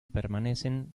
permanecen